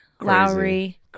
Lowry